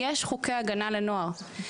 יש חוקי הגנה לנוער.